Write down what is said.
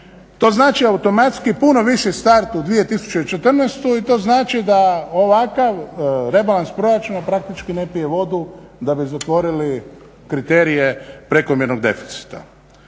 To znači automatski puno više starta u 2014. i to znači da ovakav rebalans proračuna praktički ne pije vodu da bi zatvorili kriterije prekomjernog deficita.